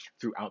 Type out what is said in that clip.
throughout